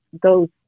goes